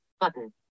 button